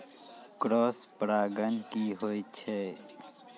Cross परागण की होय छै?